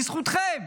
בזכותכם.